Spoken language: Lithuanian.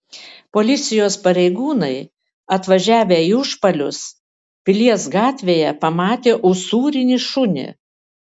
policijos pareigūnai atvažiavę į užpalius pilies gatvėje pamatė usūrinį šunį